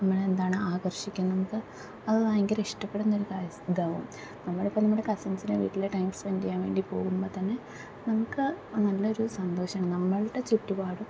നമ്മളെന്താണ് ആകർഷിക്കും നമുക്ക് അത് ഭയങ്കര ഇഷ്ടപ്പെടുന്നൊരു ഇതാവും നമ്മളിപ്പോൾ നമ്മുടെ കസിൻസിൻ്റെ വീട്ടില് ടൈം സ്പെൻറ്റെ ചെയ്യാൻ വേണ്ടി പോകുമ്പോൾ തന്നെ നമുക്ക് നല്ലൊരു സന്തോഷമാണ് നമ്മൾടെ ചുറ്റുപാടും